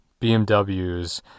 BMWs